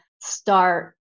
start